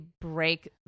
break